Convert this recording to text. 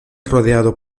rodeado